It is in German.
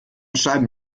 scheiben